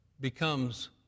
becomes